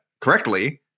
correctly